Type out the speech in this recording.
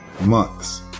months